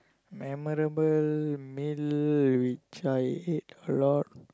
memorable meal which I hate a lot